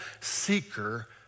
seeker